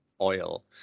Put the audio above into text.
oil